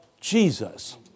Jesus